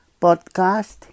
podcast